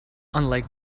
unlike